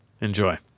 Enjoy